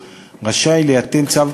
חוב' ל"ז,